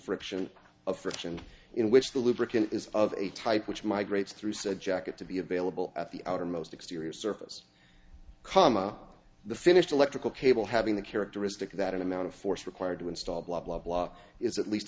friction of friction in which the lubricant is of a type which migrates through said jacket to be available at the outermost exterior surface cama the finished electrical cable having the characteristic that an amount of force required to install blah blah blah is at least